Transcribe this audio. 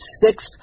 six